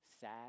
sad